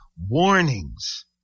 warnings